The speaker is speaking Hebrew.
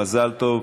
מזל טוב.